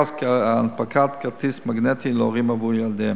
הנפקת כרטיס מגנטי להורים עבור ילדיהם.